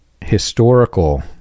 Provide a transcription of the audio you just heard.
historical